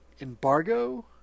embargo